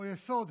או יסוד,